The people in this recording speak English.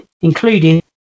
including